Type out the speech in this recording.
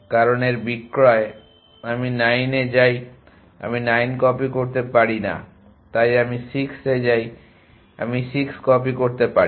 কারণ এর বিক্রয় আমি 9 এ যাই আমি 9 কপি করতে পারি না তাই আমি 6 তে যাই আমি 6 কপি করতে পারি